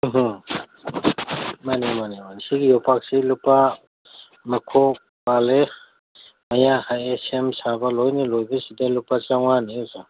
ꯎꯝꯍꯝ ꯃꯥꯅꯤ ꯃꯥꯅꯤ ꯃꯥꯅꯤ ꯁꯤꯒꯤ ꯌꯣꯠꯄꯥꯛꯁꯦ ꯂꯨꯄꯥ ꯃꯈꯣꯛ ꯄꯥꯜꯂꯦ ꯃꯌꯥ ꯍꯛꯑꯦ ꯁꯦꯝ ꯁꯥꯕ ꯂꯣꯏꯅ ꯂꯣꯏꯕꯁꯤꯗ ꯂꯨꯄꯥ ꯆꯃꯉꯥꯅꯦ ꯑꯣꯖꯥ